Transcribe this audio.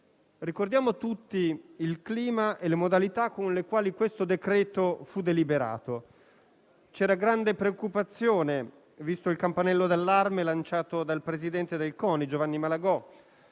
Ricordiamo tutti il clima e le modalità con le quali il provvedimento fu deliberato. C'era grande preoccupazione, visto il campanello d'allarme lanciato dal presidente del CONI, Giovanni Malagò,